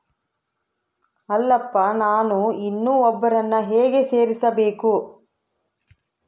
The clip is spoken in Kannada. ಅಲ್ಲಪ್ಪ ನಾನು ಇನ್ನೂ ಒಬ್ಬರನ್ನ ಹೇಗೆ ಸೇರಿಸಬೇಕು?